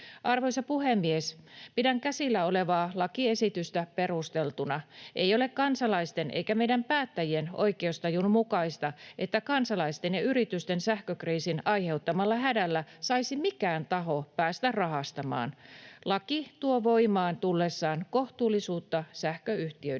Arvoisa puhemies! Pidän käsillä olevaa lakiesitystä perusteltuna. Ei ole kansalaisten eikä meidän päättäjien oikeustajun mukaista, että kansalaisten ja yritysten sähkökriisin aiheuttamalla hädällä saisi mikään taho päästä rahastamaan. Laki tuo voimaan tullessaan kohtuullisuutta sähköyhtiöiden